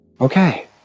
Okay